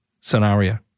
scenario